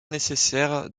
nécessaire